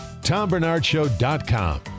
TomBernardShow.com